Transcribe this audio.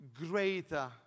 greater